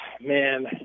man